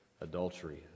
adultery